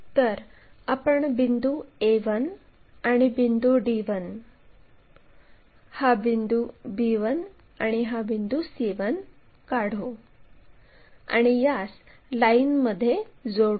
तर आपण बिंदू a1 आणि बिंदू d1 हा बिंदू b1 आणि हा बिंदू c1 काढू आणि यास लाईनमध्ये जोडू